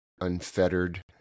unfettered